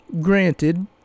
Granted